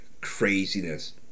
craziness